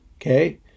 Okay